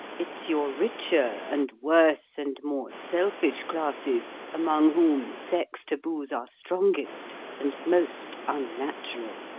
it's your richer and worse and more selfish classes among whom sex-taboos are strongest and most unnatural.